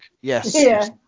Yes